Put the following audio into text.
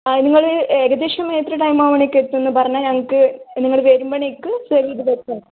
ആ നിങ്ങൾ ഏകദേശം എത്ര ടൈമാവുമ്പോഴേക്കും എത്തും എന്ന് പറഞ്ഞാൽ ഞങ്ങൾക്ക് നിങ്ങൾ വരുമ്പോഴേക്ക് സെർവ്വ് ചെയ്ത് വെക്കാം